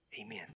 Amen